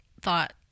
thought